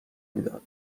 میداد